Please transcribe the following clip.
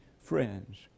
friends